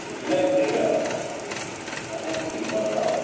ଇଲେକ୍ଟ୍ରିର କୌଣସି ବିପଦ